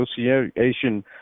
Association